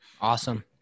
awesome